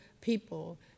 people